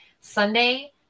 Sunday